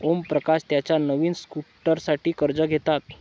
ओमप्रकाश त्याच्या नवीन स्कूटरसाठी कर्ज घेतात